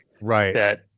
right